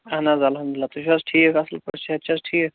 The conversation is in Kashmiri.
اَہَن حظ اَلحَمدُاللہ تُہۍ چھِو ٹھیٖک اصٕل پٲٹھۍ صحت چھا حظ ٹھیٖک